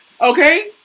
Okay